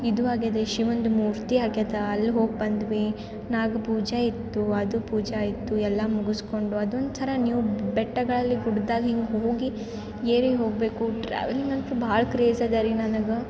ಇದು ಆಗಿದೆ ಶಿವಂದು ಮೂರ್ತಿ ಆಗ್ಯದೆ ಅಲ್ಲಿ ಹೋಗಿ ಬಂದ್ವಿ ನಾಗಪೂಜೆ ಇತ್ತು ಅದು ಪೂಜೆ ಆಯಿತು ಎಲ್ಲ ಮುಗಿಸ್ಕೊಂಡು ಅದೊಂಥರ ನೀವು ಬೆಟ್ಟಗಳಲ್ಲಿ ಗುಡ್ದಾಗ ಹಿಂಗೆ ಹೋಗಿ ಏರಿ ಹೋಗಬೇಕು ಟ್ರಾವೆಲಿಂಗಂತು ಭಾಳ ಕ್ರೇಜ್ ಅದ ರೀ ನನ್ಗೆ